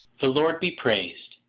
the lord be praised!